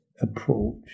approach